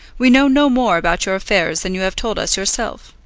we know no more about your affairs than you have told us yourself.